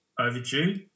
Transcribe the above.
overdue